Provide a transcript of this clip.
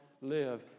live